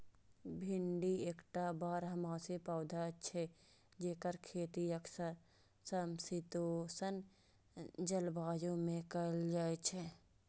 भिंडी एकटा बारहमासी पौधा छियै, जेकर खेती अक्सर समशीतोष्ण जलवायु मे कैल जाइ छै